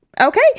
Okay